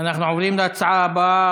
אנחנו עוברים להצעה הבאה,